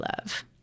love